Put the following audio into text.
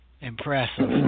impressive